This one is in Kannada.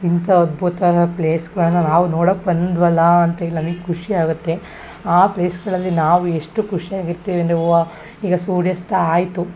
ಇಂಥ ಅದ್ಬುತ ಆದ ಪ್ಲೇಸ್ಗಳನ್ನ ನಾವು ನೋಡಕ್ಕೆ ಬಂದೆವಲ್ಲ ಅಂತೇಳಿ ನಮಿಗೆ ಖುಷಿ ಆಗುತ್ತೆ ಆ ಪ್ಲೇಸ್ಗಳಲ್ಲಿ ನಾವು ಎಷ್ಟು ಖುಷಿಯಾಗಿ ಇರ್ತೀವಿ ಅಂದರೆ ವಾ ಈಗ ಸೂರ್ಯಾಸ್ತ ಆಯಿತು